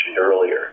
earlier